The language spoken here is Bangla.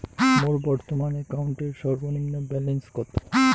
মোর বর্তমান অ্যাকাউন্টের সর্বনিম্ন ব্যালেন্স কত?